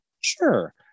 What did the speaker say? Sure